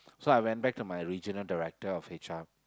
so I when back to my regional director of H_R